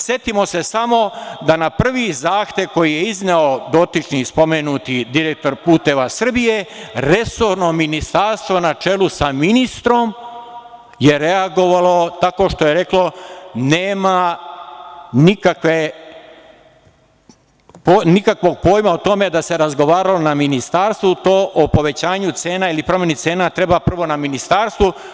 Setimo se samo da na prvi zahtev koji je izneo dotični spomenuti direktor „Puteva Srbije“, resorno ministarstvo na čelu sa ministrom je reagovalo tako što je reklo – nema nikakvog pojma o tome da se razgovaralo na ministarstvu, to o povećanju cena ili promeni cena treba prvo na Ministarstvu.